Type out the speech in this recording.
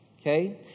okay